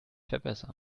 verbessern